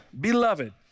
Beloved